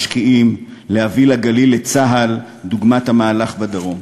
משקיעים, להביא לגליל את צה"ל, דוגמת המהלך בדרום.